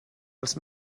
els